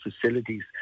facilities